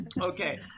okay